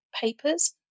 papers